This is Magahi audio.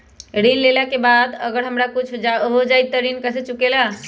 ऋण लेला के बाद अगर हमरा कुछ हो जाइ त ऋण कैसे चुकेला?